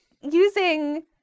using